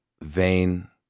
vain